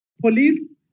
Police